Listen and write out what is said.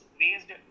based